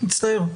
מצטער.